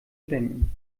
bedenken